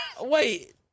Wait